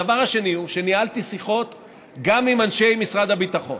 הדבר השני הוא שניהלתי שיחות גם עם אנשי משרד הביטחון,